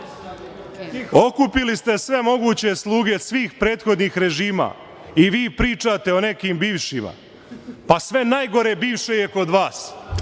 nađu? Okupili ste sve moguće sluge svih prethodnih režima i vi pričate o nekim bivšima? Pa, sve najgore bivše je kod vas.